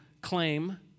claim